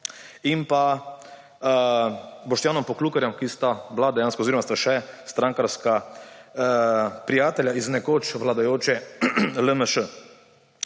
in pa Boštjanom Poklukarjem, ki sta bila dejansko oziroma sta še strankarska prijatelja iz nekoč vladajoče LMŠ.